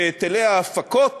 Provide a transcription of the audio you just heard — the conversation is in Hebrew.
שהיטלי ההפקות